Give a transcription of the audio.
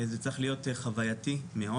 זה צריך להיות חווייתי מאוד,